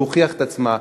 להוכיח את עצמה.